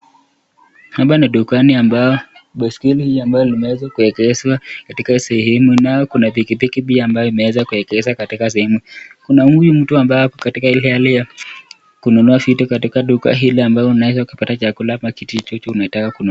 Hapa ni dukani ambapo baiskeli limeweza kuegeshwa katika sehemu pia kuna pikipiki iliyoegeshwa pale. Kuna huyu mtu ambaye ako katika hali ya kununua vitu katika duka hili ambapo unaweza pata chakula au kitu chochote unachotaka kununua.